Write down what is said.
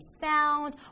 sound